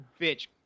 bitch